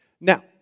Now